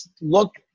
look